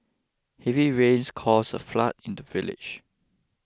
heavy rains caused a flood in the village